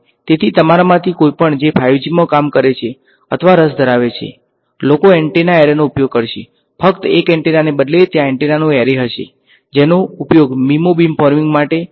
તેથી તમારામાંથી કોઈપણ જે 5G માં કામ કરે છે અથવા રસ ધરાવે છે લોકો એન્ટેના એરેનો ઉપયોગ કરશે ફક્ત એક એન્ટેનાને બદલે ત્યાં એન્ટેનાનો એરે હશે જેનો ઉપયોગ મિમો બીમ ફોર્મીંગ માટે અને આ બધી વસ્તુઓ માટે કરવામાં આવશે